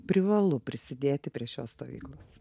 privalu prisidėti prie šios stovyklos